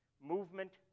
movement